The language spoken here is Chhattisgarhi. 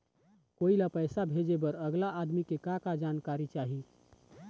कोई ला पैसा भेजे बर अगला आदमी के का का जानकारी चाही?